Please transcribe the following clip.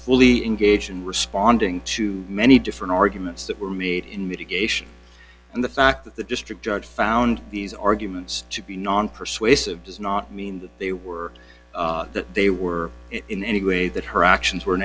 fully engaged in responding to many different arguments that were made in mitigation and the fact that the district judge found these arguments to be non persuasive does not mean that they were that they were in any way that her actions were in